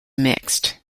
mixed